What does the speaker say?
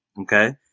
Okay